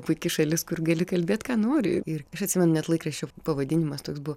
puiki šalis kur gali kalbėt ką nori ir aš atsimenu net laikraščio pavadinimas toks buvo